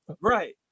Right